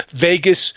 Vegas –